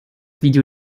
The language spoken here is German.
video